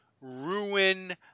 ruin